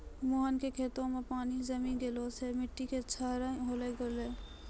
मोहन के खेतो मॅ पानी जमी गेला सॅ मिट्टी के क्षरण होय गेलै